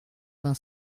vingt